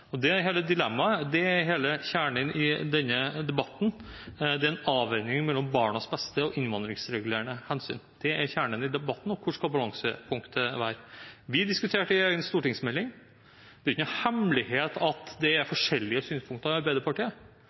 dem. Det er hele dilemmaet – hele kjernen i debatten. Det er en avveining mellom barnas beste og innvandringsregulerende hensyn. Det er kjernen i debatten. Og hvor skal balansepunktet være? Vi diskuterte en stortingsmelding. Det er ingen hemmelighet at det er forskjellige synspunkter i Arbeiderpartiet.